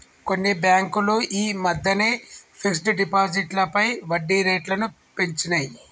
కొన్ని బ్యేంకులు యీ మద్దెనే ఫిక్స్డ్ డిపాజిట్లపై వడ్డీరేట్లను పెంచినియ్